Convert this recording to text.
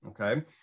Okay